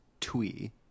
twee